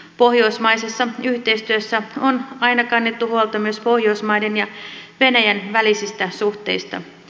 pohjoismaisessa yhteistyössä on aina kannettu huolta myös pohjoismaiden ja venäjän välisistä suhteista